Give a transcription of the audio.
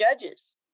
judges